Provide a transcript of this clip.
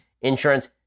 insurance